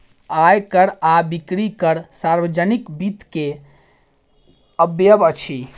आय कर आ बिक्री कर सार्वजनिक वित्त के अवयव अछि